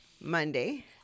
Monday